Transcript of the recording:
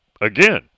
again